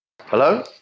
hello